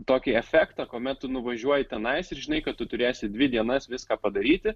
tokį efektą kuomet tu nuvažiuoji tenais ir žinai kad tu turėsi dvi dienas viską padaryti